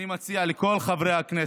אני מציע לכל חברי הכנסת,